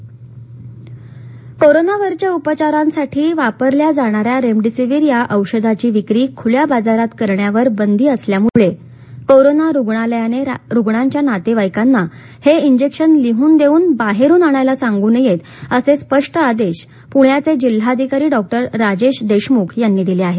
पणे रेमडेसिविर कोरोनावरच्या उपचारांसाठी वापरल्या जाणाऱ्या रेमडेसिविर या औषधाची विक्री खुल्या बाजारात करण्यावर बंदी असल्यामुळे कोरोना रुग्णालयाने रुग्णांच्या नातेवाईकांना हे इंजेक्शन लिहून देऊन बाहेरून आणायला सांगू नयेत असे स्पष्ट आदेश पृण्याचे जिल्हाधिकारी डॉक्टर राजेश देशमुख यांनी दिले आहेत